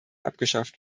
abgeschafft